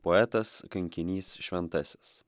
poetas kankinys šventasis